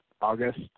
August